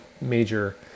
major